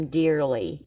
dearly